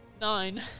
Nine